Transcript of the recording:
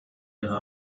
ihre